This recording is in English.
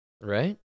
Right